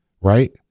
right